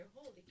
Holy